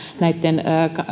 näitten